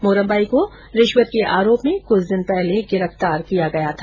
मोरम बाई को रिश्वत के आरोप में कुछ दिन पहले गिरफ्तार किया गया था